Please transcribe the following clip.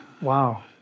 wow